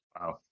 Wow